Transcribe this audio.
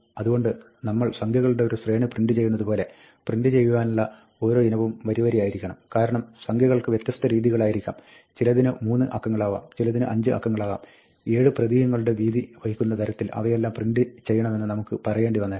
അതുകൊണ്ട് നമ്മൾ സംഖ്യകളുടെ ഒരു ശ്രേണി പ്രിന്റ് ചെയ്യുന്നത് പോലെ പ്രിന്റ് ചെയ്യുവാനുള്ള ഓരോ ഇനവും വരിവരിയായിരിക്കണം കാരണം സംഖ്യകൾക്ക് വ്യത്യസ്ത വീതികളായിരിക്കാം ചിലതിന് 3 അക്കങ്ങളാകാം ചിലതിന് 5 അക്കങ്ങളാകാം 7 പ്രതീകങ്ങളുടെ വീതി വഹിക്കുന്ന തരത്തിൽ അവയെല്ലാം പ്രിന്റ് ചെയ്യണമെന്ന് നമുക്ക് പറയേണ്ടി വന്നേക്കാം